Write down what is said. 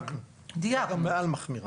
דייקנו, יש גם מעל מחמירה.